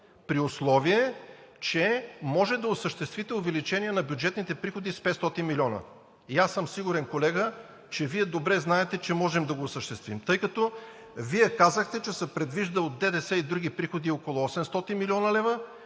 при условие че може да осъществите увеличение на бюджетните приходи с 500 милиона. И съм сигурен, колега, че Вие добре знаете, че можем да го осъществим, тъй като казахте, че се предвижда от ДДС и други приходи около 800 млн. лв.,